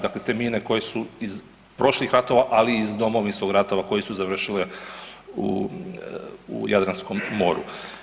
Dakle, te mine koje su iz prošlih ratova, ali i iz Domovinskog rata koje su završile u Jadranskom moru.